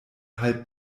halb